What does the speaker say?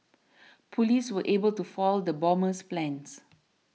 police were able to foil the bomber's plans